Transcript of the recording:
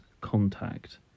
contact